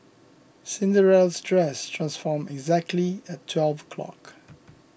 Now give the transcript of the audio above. Cinderella's dress transformed exactly at twelve o' clock